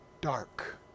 dark